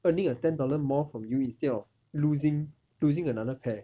earning a ten dollar more from you instead of losing losing another pair